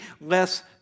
less